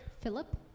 Philip